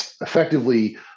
effectively